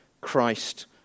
Christ